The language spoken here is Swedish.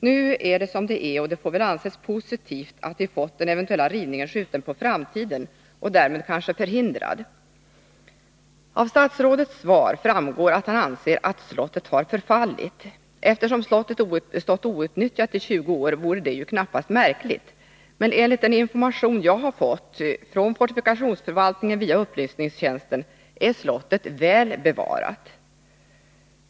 Nu är det som det är, och det får väl anses positivt att vi fått den eventuella rivningen skjuten på framtiden och därmed kanske förhindrad. Av statsrådets svar framgår att han anser att slottet har förfallit. Eftersom slottet stått outnyttjat i 20 år vore det knappast märkligt. Enligt den information jag fått från fortifikationsförvaltningen via riksdagens upplys ”ningstjänst är slottet emellertid ”väl bevarat”.